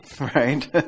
right